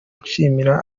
nshimira